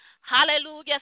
Hallelujah